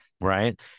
Right